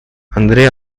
андрей